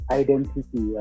identity